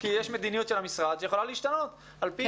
כי יש מדיניות של המשרד שיכולה להשתנות על פי